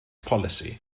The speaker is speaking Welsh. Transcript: polisi